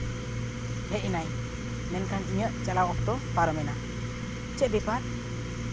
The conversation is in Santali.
ᱦᱮᱡ ᱮᱱᱟᱭ ᱢᱮᱱᱠᱷᱟᱱ ᱤᱧᱟᱹᱜ ᱪᱟᱞᱟᱣ ᱚᱠᱛᱚ ᱯᱟᱨᱚᱢᱮᱱᱟ ᱪᱮᱫ ᱵᱮᱯᱟᱨ